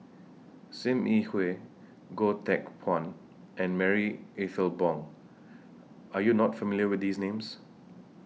SIM Yi Hui Goh Teck Phuan and Marie Ethel Bong Are YOU not familiar with These Names